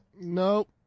Nope